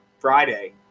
Friday